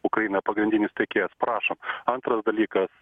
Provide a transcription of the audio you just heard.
ukrainai pagrindinis tiekėjas prašo antras dalykas